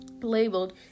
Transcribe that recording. labeled